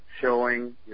showing